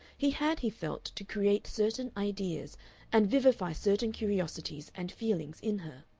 he had, he felt, to create certain ideas and vivify certain curiosities and feelings in her.